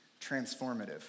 transformative